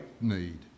need